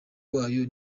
wayo